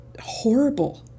horrible